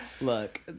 look